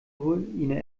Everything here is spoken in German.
ruine